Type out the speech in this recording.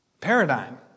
paradigm